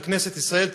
ככנסת ישראל,